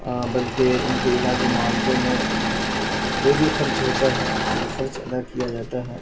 بلکہ ان کے علاج و معالجے میں جو بھی خرچ ہوتا ہے وہ خرچ ادا کیا جاتا ہے